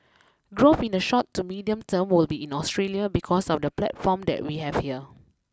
growth in the short to medium term will be in Australia because of the platform that we have here